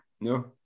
No